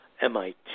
MIT